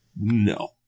No